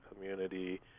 community